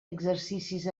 exercicis